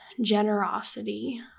generosity